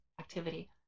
activity